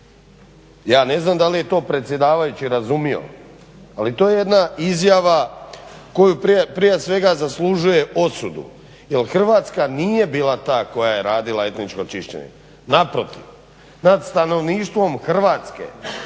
Ja ne znam da li je to predsjedavajući razumio ali to je jedna izjava koja prije svega zaslužuje osudu jer Hrvatska nije bila ta koja je radila etničko čišćenje, naprotiv. Nad stanovništvom Hrvatske